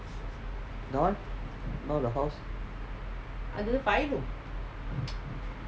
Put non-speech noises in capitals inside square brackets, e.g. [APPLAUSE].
that one not the house [NOISE]